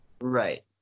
Right